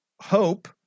hope